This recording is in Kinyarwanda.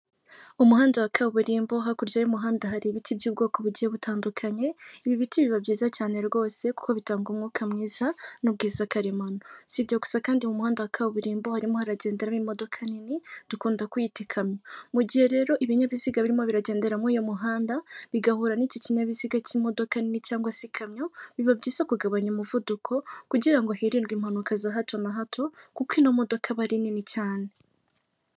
umuhanda wa kaburimbo hakurya y'umuhanda hari ibiti by'ubwoko bugiye butandukanye ibi biti biba byiza cyane rwose kuko bitanga umwuka mwiza n' ubwiza karemano sibyo gusa kandi mu muhanda wa kaburimbo harimo haragenderaho imodoka nini dukunda kwita ikamyo mu gihe rero ibinyabiziga birimo biragendera muri uyu muhanda bigahura n'ikinyabiziga cy'imodoka nini cyangwa se ikamyo biba byiza kugabanya umuvuduko kugirango hirindwe impanuka za hato na hato kuko imodoka iba ari nini cyane .